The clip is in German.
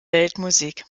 weltmusik